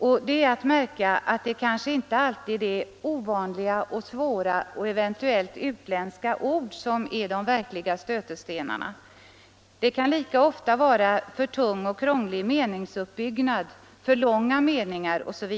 Och det är att märka att det kanske inte alltid är ovanliga och svåra, eventuellt utländska ord, som är de verkliga stötestenarna. Det kan lika ofta vara för tung och krånglig meningsuppbyggnad, för långa meningar osv.